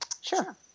Sure